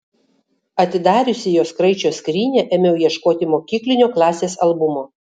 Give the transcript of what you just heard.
atidariusi jos kraičio skrynią ėmiau ieškoti mokyklinio klasės albumo